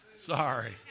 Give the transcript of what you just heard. Sorry